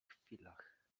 chwilach